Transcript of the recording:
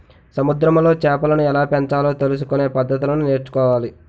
సముద్రములో చేపలను ఎలాపెంచాలో తెలుసుకొనే పద్దతులను నేర్చుకోవాలి